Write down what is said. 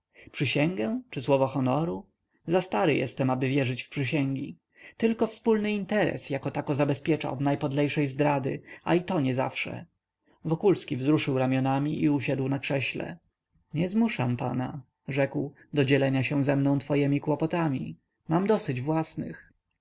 przysięgę czy słowo honoru za stary jestem aby wierzyć w przysięgi tylko wspólny interes jako tako zabezpiecza od najpodlejszej zdrady a i to niezawsze wokulski wzruszył ramionami i usiadł na krześle nie zmuszam pana rzekł do dzielenia się ze mną twojemi kłopotami mam dosyć własnych